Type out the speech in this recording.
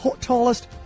tallest